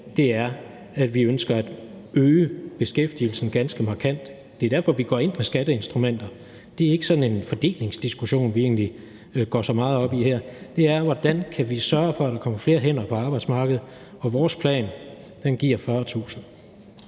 at vi ønsker at øge beskæftigelsen ganske markant. Det er derfor, vi går ind for skatteinstrumenter. Det er ikke sådan en fordelingsdiskussion, vi egentlig går så meget op i her; det er, hvordan vi kan sørge for, at der kommer flere hænder på arbejdsmarkedet, og vores plan giver 40.000.